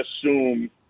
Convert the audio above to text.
assume